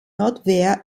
notwehr